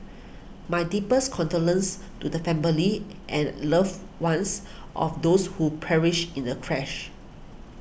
my deepest condolences to the families and loved ones of those who perished in the crash